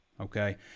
okay